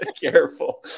careful